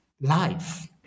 life